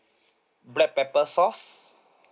black pepper sauce